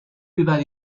über